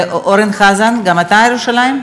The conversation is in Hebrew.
ואורן חזן, גם אתה לגבי ירושלים?